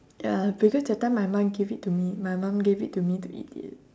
ya because that time my mum gave it to me my mum gave it to me to eat it